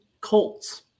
Colts